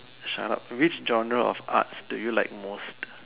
shut up which genre of arts you like the most